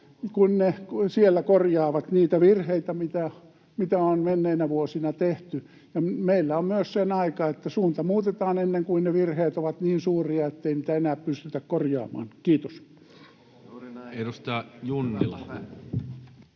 kun ne siellä korjaavat niitä virheitä, mitä on menneinä vuosina tehty. Meillä on myös sen aika, että suunta muutetaan ennen kuin ne virheet ovat niin suuria, ettei niitä enää pystytä korjaamaan. — Kiitos.